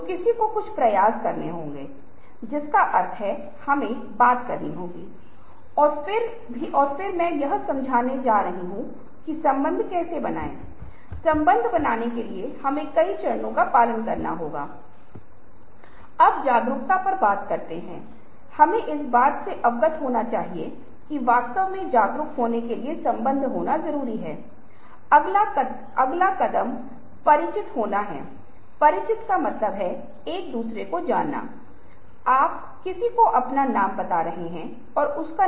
तो यह एक परंपरा थी जहां चीजें एक अलग तरीके से हुईं एक मौखिक परंपरा में इतिहास मिला मैं कहूंगा प्रसारित ज्ञान में तब्दील जो कालातीत था एक लौकिक तो हमें तारीखों की पहचान करने में बहुत कठिनाई हुई है जब हम अपने प्राचीन धर्मग्रंथों यहां तक कि कहानियों इतिहास को देखते हैं तो आप इसे इतिहास कह सकते हैं यह बहुत मुश्किल है क्योंकि अगर मौखिक परंपराओं में लिखित दस्तावेजों डेटिंग और अन्य प्रकार की चीजों की अनुपस्थिति मेरा मतलब है तकनीकों को महत्वपूर्ण नहीं माना गया था